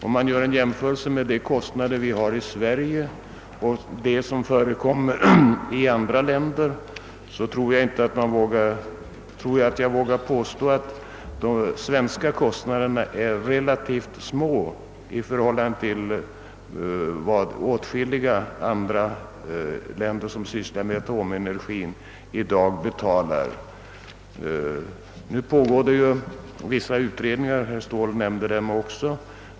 Om man gör en jämförelse mellan de kostnader vi har i Sverige och dem man har i andra länder vågar jag påstå att våra kostnader är relativt små i förhållande till vad som är fallet i åtskilliga andra länder som sysslar med atomenergiverksamhet. Vissa utredningar pågår. Herr Ståhl nämnde dem också.